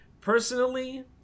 Personally